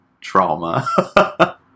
trauma